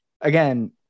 again